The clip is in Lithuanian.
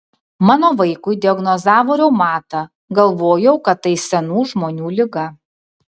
mano vaikui diagnozavo reumatą galvojau kad tai senų žmonių liga